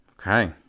Okay